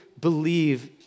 believe